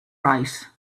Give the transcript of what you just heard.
right